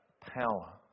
power